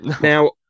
Now